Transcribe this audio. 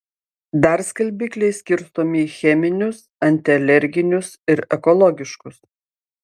dar skalbikliai skirstomi į cheminius antialerginius ir ekologiškus